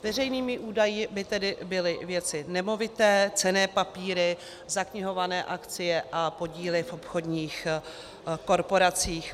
Veřejnými údaji by tedy byly věci nemovité, cenné papíry, zaknihované akcie a podíly v obchodních korporacích.